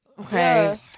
Okay